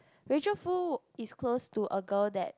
Rachel-Foo is close to a girl that